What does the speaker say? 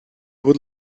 would